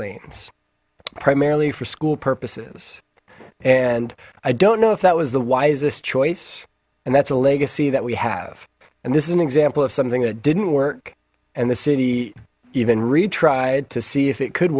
lanes primarily for school purposes and i don't know if that was the wisest choice and that's a legacy that we have and this is an example of something that didn't work and the city even retried to see if it could